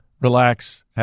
Relax